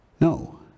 No